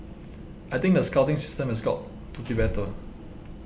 I think the scouting system has also got to be better